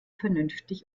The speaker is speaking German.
vernünftig